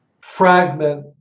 fragment